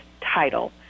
title